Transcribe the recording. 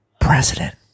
president